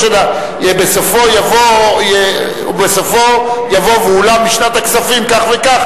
בסופו יבוא "ואולם בשנות הכספים" כך וכך